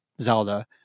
Zelda